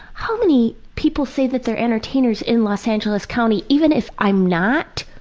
how many people say that they're entertainers in los angeles county? even if i'm not,